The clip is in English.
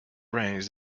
brains